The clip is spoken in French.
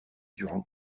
durant